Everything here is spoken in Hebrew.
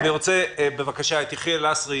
אני רוצה בבקשה לשמוע את יחיאל לסרי,